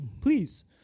Please